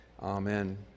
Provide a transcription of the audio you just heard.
Amen